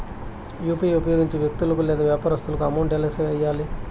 UPI ఉపయోగించి వ్యక్తులకు లేదా వ్యాపారస్తులకు అమౌంట్ ఎలా వెయ్యాలి